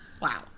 Wow